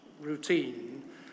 routine